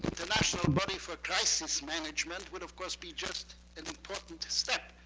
the national body for crisis management would, of course, be just an important step.